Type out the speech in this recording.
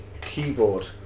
Keyboard